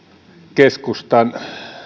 keskustan